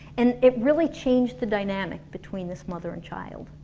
and it really changed the dynamic between this mother and child